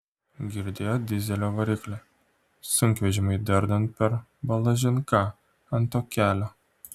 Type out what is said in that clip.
girdėjo dyzelio variklį sunkvežimiui dardant per balažin ką ant to kelio